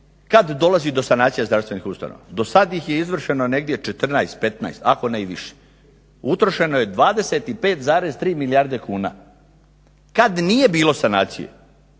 kad dolazi do sanacija zdravstvenih ustanova. Do sad ih je izvršeno negdje 14, 15, ako ne i više, utrošeno je 25,3 milijarde kuna kad nije bilo sanacije.